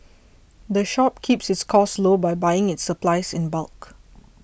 the shop keeps its costs low by buying its supplies in bulk